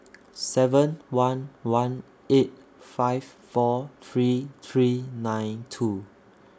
seven one one eight five four three three nine two